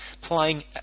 playing